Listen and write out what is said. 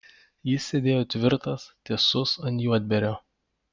jis sėdėjo tvirtas tiesus ant juodbėrio